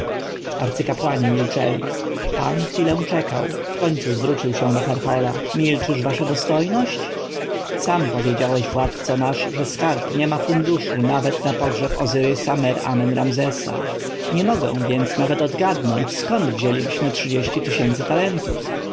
arcykapłani milczeli pan chwilę czekał wkońcu zwrócił się do herhor a milczysz wasza dostojność sam powiedziałeś władco nasz że skarb nie ma funduszu nawet na pogrzeb ozyrysa-mer-amen-ramzesa nie mogę więc nawet odgadnąć skąd wzięlibyśmy trzydzieści tysięcy talentów